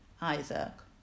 Isaac